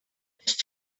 just